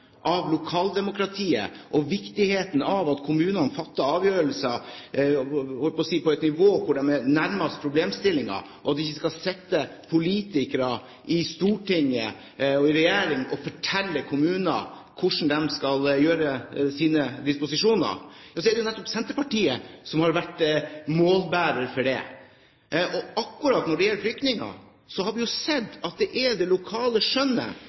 av lokalpolitisk skjønn, av lokaldemokratiet, viktigheten av at kommunene fatter avgjørelser – jeg hadde nær sagt – på et nivå hvor de er nærmest problemstillingen, og viktigheten av at det ikke skal sitte politikere i storting og regjering og fortelle kommuner hvordan de skal gjøre sine disposisjoner, er jo nettopp Senterpartiet, som har vært målbærere for dette! Akkurat når det gjelder flyktninger, har vi jo sett at det er det lokale skjønnet